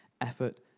effort